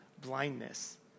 blindness